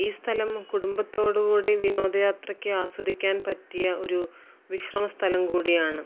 ഈ സ്ഥലം കുടുംബത്തോടു കൂടി വിനോദയാത്രയ്ക്ക് ആസ്വദിക്കാന് പറ്റിയ ഒരു വിശ്രമസ്ഥലം കൂടിയാണ്